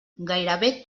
gairebé